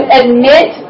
admit